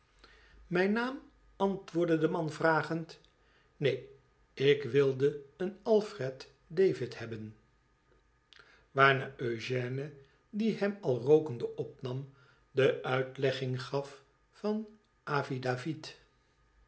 mijn naam antwoordde de man vragend ineen ik wilde een alfircd david hebben waarna eugène die hem al rookende opnam de uitlegging gaf van affidavit